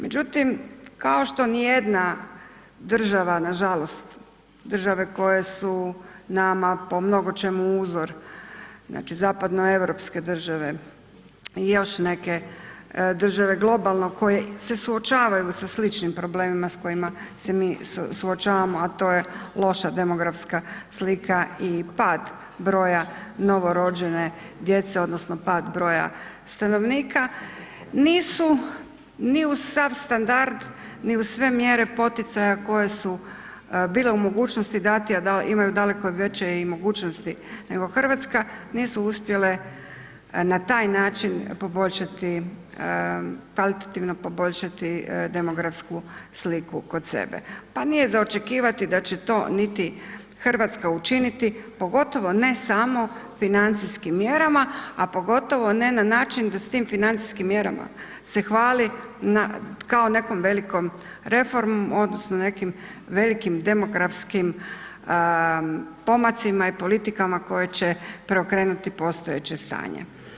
Međutim kao što nijedna država nažalost, države koje su nama po mnogočemu uzor, znači zapadno europske države i još neke države globalno koje se suočavaju sa sličnim problemima s kojima se mi suočavamo a to je loša demografska slika i pad broja novorođene djece odnosno pad broja stanovnika, nisu ni u sav standard, ni u sve mjere poticaja koje su bile u mogućnosti dati a imaju daleko veće i mogućnosti nego Hrvatska, nisu uspjele na taj način poboljšati, kvalitativno poboljšati demografsku sliku kod sebe pa nije za očekivati da će to niti Hrvatska učiniti pogotovo ne samo financijskim mjerama a pogotovo ne na način da s tim mjerama se hvali kao nekom velikom reformom odnosno nekim velikim demografskim pomacima i politikama koje će preokrenuti postojeće stanje.